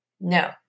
No